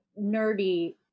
nerdy